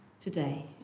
today